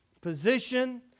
position